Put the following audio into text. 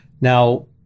now